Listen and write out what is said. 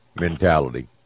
mentality